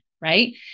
right